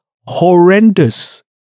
horrendous